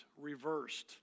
reversed